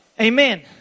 Amen